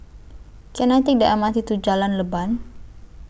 Can I Take The M R T to Jalan Leban